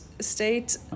state